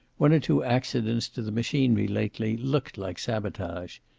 one or two accidents to the machinery lately looked like sabotage.